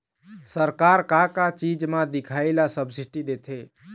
सरकार का का चीज म दिखाही ला सब्सिडी देथे?